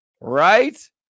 right